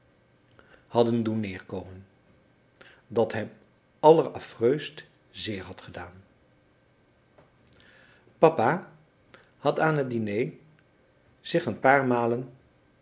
hadden doen neerkomen dat hem alleraffreust zeer had gedaan papa had aan het diné zich een paar malen